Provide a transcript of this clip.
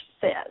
says